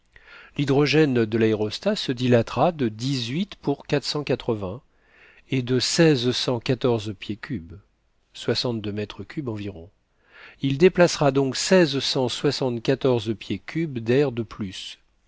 l'hydrogène de l'aérostat se dilatera de dix-huit pour quatre cent quatre-vingts et de seize cent quatorze pieds cubes soixante-deux mètres cubes environ il déplacera donc seize cent soixante-quatorze pieds cubes d'air de plus